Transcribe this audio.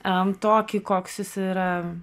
a tokį koks jis yra